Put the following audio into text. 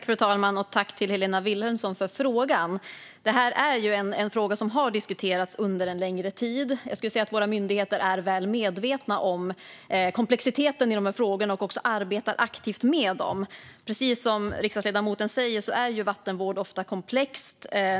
Fru talman! Tack, Helena Vilhelmsson, för frågan! Detta är en fråga som har diskuterats under en längre tid. Våra myndigheter är väl medvetna om komplexiteten i dessa frågor och arbetar aktivt med dem. Precis som riksdagsledamoten säger är vattenvård ofta komplext.